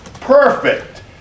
Perfect